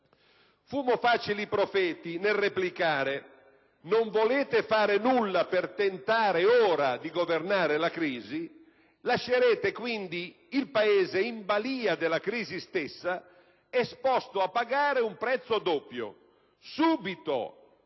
Fummo facili profeti nel replicare: non volete fare nulla per tentare ora di governare la crisi, lascerete quindi il Paese in balìa della crisi stessa, esposto a pagare un prezzo doppio: subito,